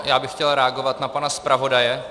Já bych chtěl reagovat na pana zpravodaje.